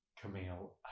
Camille